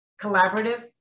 collaborative